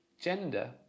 Gender